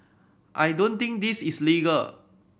I don't think this is legal